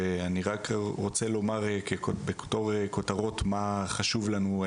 ואני רק רוצה לומר בתור כותרות מה חשוב לנו.